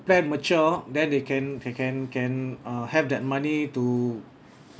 plan mature then they can they can can uh have that money to